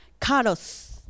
Carlos